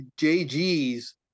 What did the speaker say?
jg's